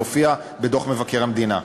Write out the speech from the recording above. זה הופיע בדוח מבקר המדינה.